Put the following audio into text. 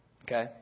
Okay